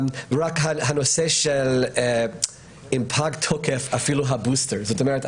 לגבי הנושא אם פג תוקף הבוסטר זאת אומרת,